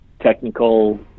technical